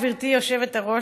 גברתי היושבת-ראש,